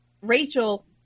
Rachel